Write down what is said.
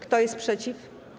Kto jest przeciw?